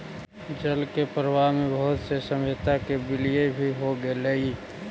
जल के प्रवाह में बहुत से सभ्यता के विलय भी हो गेलई